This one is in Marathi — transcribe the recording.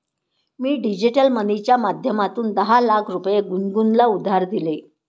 मी डिजिटल मनीच्या माध्यमातून दहा लाख रुपये गुनगुनला उधार दिले